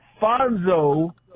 Fonzo